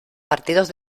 partidos